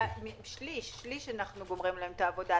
שליש אנחנו גומרים להם את העבודה,